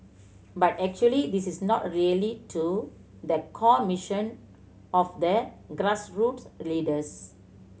but actually this is not really to the core mission of the grassroots leaders